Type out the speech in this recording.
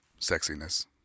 sexiness